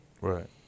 Right